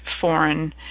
foreign